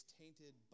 tainted